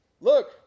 Look